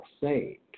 saved